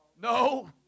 No